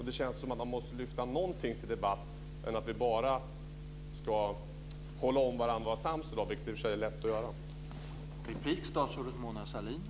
Det känns som att man måste lyfta upp någonting till debatt och inte bara hålla om varandra och vara sams i dag, vilket i och för sig är lätt.